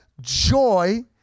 joy